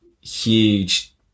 huge